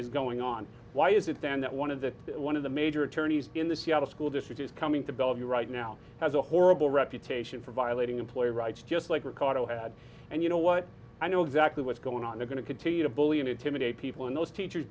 is going on why is it then that one of the one of the major attorneys in the seattle school district is coming to bellevue right now has a horrible reputation for violating employee rights just like ricardo had and you know what i know exactly what's going on they're going to continue to bully and intimidate people and those teachers